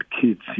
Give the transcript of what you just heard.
kids